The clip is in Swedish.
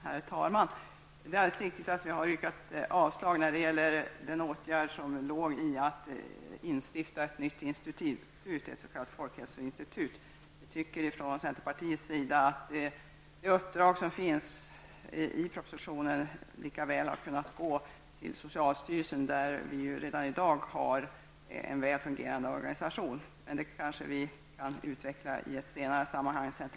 Herr talman! Det är alldeles riktigt att vi har yrkat avslag när det gäller den åtgärd som innebar att man skulle instifta ett nytt institut, ett s.k. folkhälsoinstitut. Vi från centerpartiet tycker att det uppdrag som finns redovisat i propositionen lika väl hade kunnat gå till socialstyrelsen där man redan i dag har en väl fungerande organisation. Men centerpartiets synpunkter kanske vi kan utveckla i ett senare sammanhang.